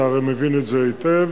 אתה הרי מבין את זה היטב.